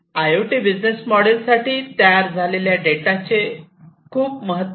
I O T business model साठी तयार झालेल्या डेटाचे खूप महत्त्व आहे